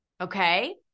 okay